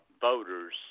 voters